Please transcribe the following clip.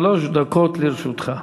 שלוש דקות לרשותך.